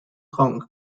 kong